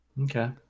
Okay